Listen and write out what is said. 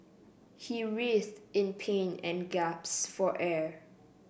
he writhed in pain and gasped for air